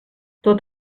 tot